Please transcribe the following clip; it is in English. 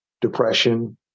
depression